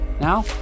Now